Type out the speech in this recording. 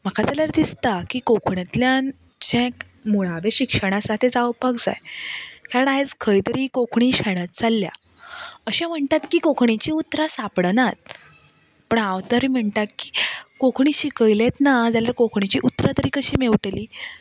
म्हाका जाल्यार दिसता की कोंकणाींतल्यान जें मुळावें शिक्षण आसा तें जावपाक जाय कारण आयज खंय तरी कोंकणी शाळा चलल्या अशें म्हणटात की कोंकणीचीं उतरां सांपडनात पूण हांव तरी म्हणटा की कोंकणी शिकयलेंच ना जाल्यार कोंकणीचीं उतरां तर कशीं मेळटली